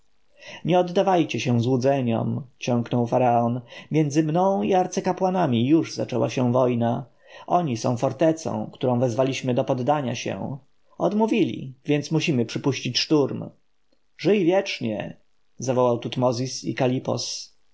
nie oddawajcie się złudzeniom ciągnął faraon między mną i arcykapłanami już zaczęła się wojna oni są fortecą którą wezwaliśmy do poddania się odmówili więc musimy przypuścić szturm żyj wiecznie zawołał tutmozis i